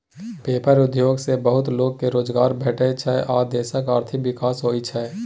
paper उद्योग सँ बहुत लोक केँ रोजगार भेटै छै आ देशक आर्थिक विकास होइ छै